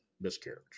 miscarriage